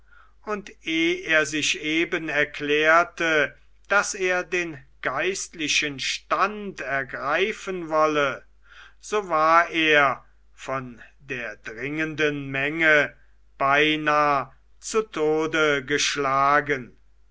und eh er sich eben erklärte daß er den geistlichen stand ergreifen wolle so war er von der dringenden menge beinah zu tode geschlagen